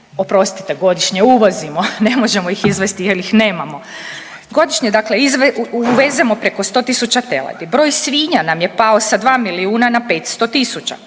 oprostite godišnje uvozimo ne možemo ih izvesti jel ih nemamo, godišnje uvezemo preko 100.000 teladi, broj svinja nam je pao sa 2 milijuna na 500.000,